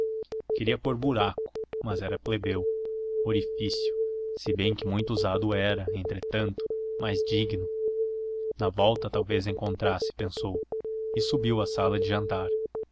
queria pôr buraco mas era plebeu orifício se bem que muito usado era entretanto mais digno na volta talvez encontrasse pensou e subiu à sala de jantar